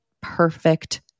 perfect